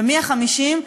ומי ה-50?